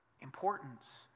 importance